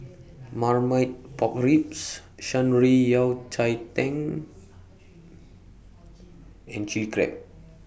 Marmite Pork Ribs Shan Rui Yao Cai Tang and Chilli Crab